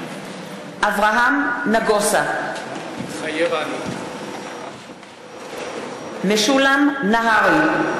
אברהם נגוסה, מתחייב אני משולם נהרי,